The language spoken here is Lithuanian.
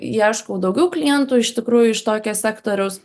ieškau daugiau klientų iš tikrųjų iš tokio sektoriaus